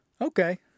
okay